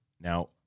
Now